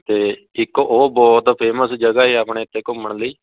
ਅਤੇ ਇੱਕ ਉਹ ਬਹੁਤ ਫੇਮਸ ਜਗ੍ਹਾਂ ਹੈ ਆਪਣੇ ਇੱਥੇ ਘੁੰਮਣ ਲਈ